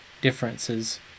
differences